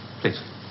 Please